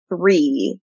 three